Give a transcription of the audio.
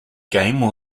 game